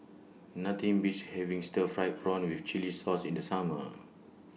Nothing Beats having Stir Fried Prawn with Chili Sauce in The Summer